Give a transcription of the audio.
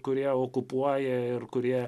kurie okupuoja ir kurie